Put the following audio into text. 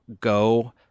go